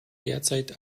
derzeit